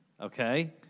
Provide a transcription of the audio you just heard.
Okay